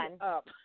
up